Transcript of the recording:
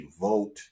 vote